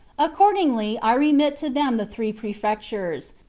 accordingly, i remit to them the three prefectures,